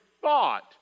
thought